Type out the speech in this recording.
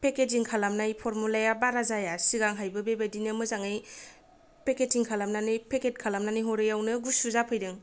packaging खालामनाय फरमुलाया बारा जाया सिगांहायबो बेबायदिनो मोजाङै पेकेजिं खालामनानै पेकेट खालामनानै हरैयावनो गुसु जाफैदों